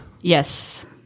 yes